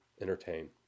entertain